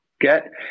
get